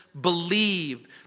Believe